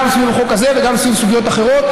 גם סביב החוק הזה וגם סביב סוגיות אחרות,